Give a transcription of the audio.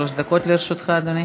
שלוש דקות לרשותך, אדוני.